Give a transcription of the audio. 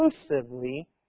exclusively